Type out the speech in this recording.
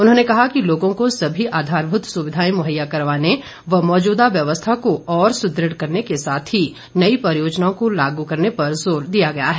उन्होंने कहा कि लोगों को सभी आधारभूत सुविधाएं मुहैया करवाने व मौजूदा व्यवस्था को और सुदृढ़ करने के साथ ही नई परियोजनाओं को लागू करने पर जोर दिया गया है